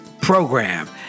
program